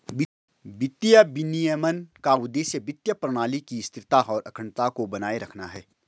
वित्तीय विनियमन का उद्देश्य वित्तीय प्रणाली की स्थिरता और अखंडता को बनाए रखना है